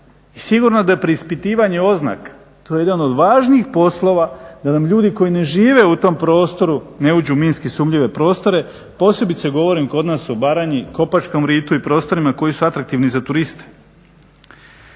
I sigurno da je preispitivanje oznaka, to je jedan od važnijih poslova da nam ljudi koji ne žive u tom prostoru ne uđu u minski sumnjive prostore, posebice govorim kod nas u Baranji, Kopačkom ritu i prostorima koji su atraktivni za turiste.